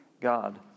God